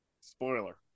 Spoiler